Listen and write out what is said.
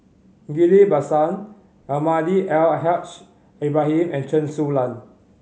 Ghillie Basan Almahdi Al Haj Ibrahim and Chen Su Lan